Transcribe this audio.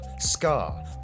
Scar